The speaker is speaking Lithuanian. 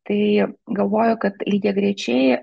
tai galvoju kad lygiagrečiai